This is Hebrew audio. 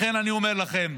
לכן אני אומר לכם,